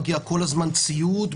מגיע כל הזמן ציוד,